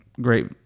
great